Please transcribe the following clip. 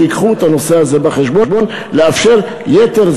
יביאו את הנושא הזה בחשבון,